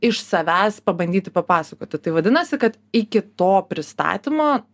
iš savęs pabandyti papasakoti tai vadinasi kad iki to pristatymo